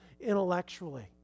intellectually